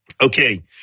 Okay